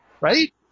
right